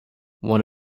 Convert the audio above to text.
one